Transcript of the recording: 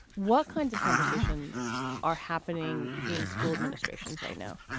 what kinds of conversations are happening in school administrations right now?